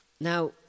Now